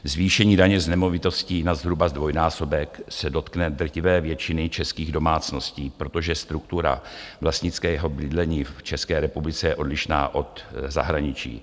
Zvýšení daně z nemovitosti na zhruba dvojnásobek se dotkne drtivé většiny českých domácností, protože struktura vlastnického bydlení v České republice je odlišná od zahraničí.